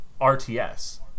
rts